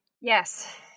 Yes